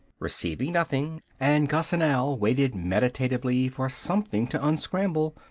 receiving nothing, and gus and al waited meditatively for something to unscramble,